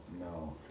No